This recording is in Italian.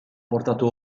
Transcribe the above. portato